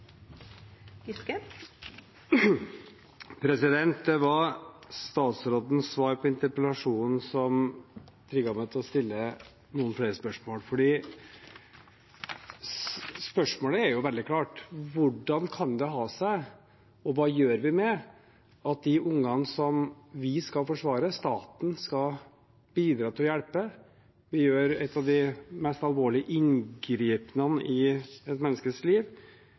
ikkje vera. Det var statsrådens svar på interpellasjonen som trigget meg til å stille noen flere spørsmål. Spørsmålet er jo veldig klart: Hvordan kan det ha seg at vi ikke lykkes bedre – og hva gjør vi med det – når det gjelder de ungene vi skal forsvare, som staten skal bidra til å hjelpe, og hvor vi gjør et av de mest alvorlige inngrepene i et menneskes liv?